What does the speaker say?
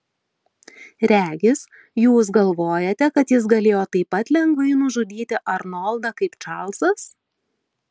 regis jūs galvojate kad jis galėjo taip pat lengvai nužudyti arnoldą kaip čarlzas